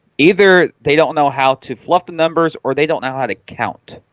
either they don't know how to fluff the numbers or they don't know how to count